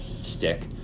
stick